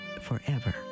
forever